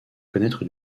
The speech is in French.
connaître